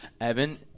evan